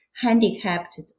handicapped